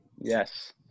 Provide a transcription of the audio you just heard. Yes